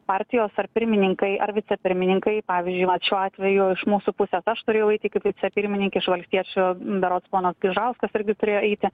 partijos ar pirmininkai ar vicepirmininkai pavyzdžiui vat šiuo atveju iš mūsų pusės aš turėjau eiti kaip vicepirmininkė iš valstiečių berods ponas gaižauskas irgi turėjo eiti